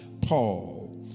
Paul